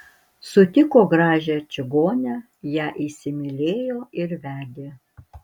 sutiko gražią čigonę ją įsimylėjo ir vedė